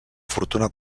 fortuna